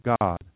God